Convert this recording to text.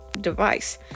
device